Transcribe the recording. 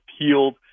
appealed